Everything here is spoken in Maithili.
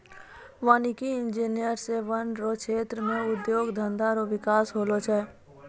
वानिकी इंजीनियर से वन रो क्षेत्र मे उद्योग धंधा रो बिकास होलो छै